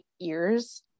ears